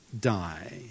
die